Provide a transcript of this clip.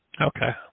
Okay